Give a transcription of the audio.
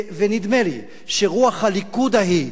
ונדמה לי שרוח הליכוד ההיא,